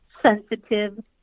sensitive